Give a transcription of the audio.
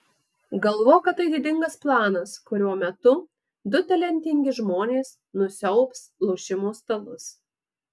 galvok kad tai didingas planas kurio metu du talentingi žmonės nusiaubs lošimo stalus